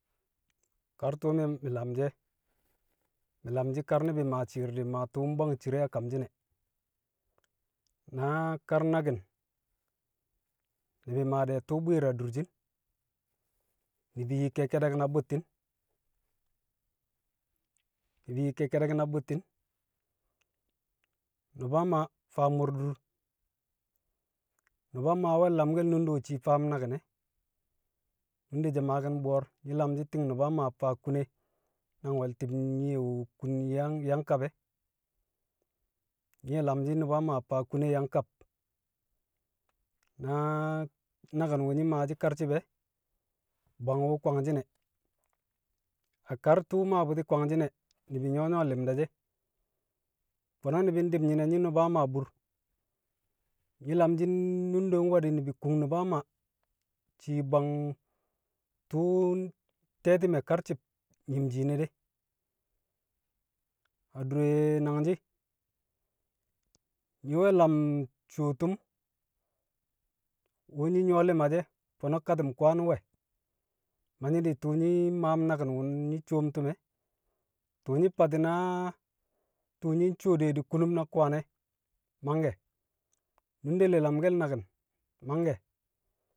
kar tṵṵ mi̱, mi̱ lamshi̱ e̱, mi̱ lamshi̱ kar ni̱bi̱ maa tṵṵ mbwang cire a kamshi̱n e̱. Na kar naki̱n, ni̱bi̱ maa de̱ tṵṵ bwi̱i̱r a durshin. Ni̱bi̱ yi ke̱kke̱de̱k na bu̱tti̱n. Ni̱bi̱ yi ke̱kke̱de̱k na bu̱tti̱n. Nu̱ba Maa faa mu̱r- dur. Nu̱ba Maa we̱ lamke̱l nundo shii faam naki̱n e̱. Nunde she̱ maaki̱n bu̱wo̱r. Nyi̱ lamshi̱ ti̱ng Nu̱ba Maa faa kune nang we̱l ti̱b nyiye wu̱ kun yang yang kab e̱. Nye̱ lamshi̱ Nu̱ba Maa faa kune yang kab. Na naki̱n wu̱ nyi̱ maashi̱ karci̱b e̱, bwang wu̱ kwangshi̱n ẹ. A kar tṵṵ maa bṵti̱ kwangshi̱n e̱, ni̱bi̱ nyu̱wo̱ nyu̱wo̱ li̱mda she̱. Fo̱no̱ ni̱bi̱ ndi̱b nyi̱ne̱ nyi̱ Nu̱ba Maa bur. Nyi̱ lamshi̱ nunde we̱ di̱ ni̱bi̱ kung Nu̱ba Maa, shii bwang tu̱u̱ te̱ti̱me̱ karci̱b nyi̱m shiine de. Adure nangshi̱, nyi̱ we̱ lam cuwo tu̱m, wu̱ nyi̱ yu̱wo̱ li̱ma she̱, fo̱no̱ kati̱m kwaan wẹ. Ma nyi̱ di̱ tu̱u̱ nyi̱ maam naki̱n wu̱ nyi̱ cuwom tu̱m e̱. Tu̱u̱ nyi̱ fati̱ na tu̱u̱ nyi̱ ncuwo de di̱ kunum na kwaan e̱, mangke̱. Nunde le lamke̱l naki̱n, mangke̱.